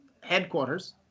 headquarters